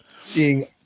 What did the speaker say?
seeing